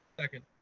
second.